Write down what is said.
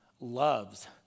loves